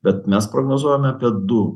bet mes prognozuojame apie du